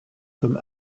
comme